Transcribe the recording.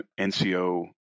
NCO